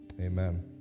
amen